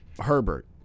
Herbert